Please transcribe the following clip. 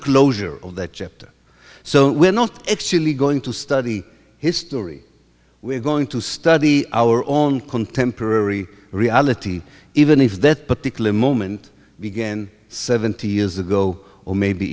closure of that chapter so we're not actually going to study history we're going to study our own contemporary reality even if that particular moment began seventy years ago or maybe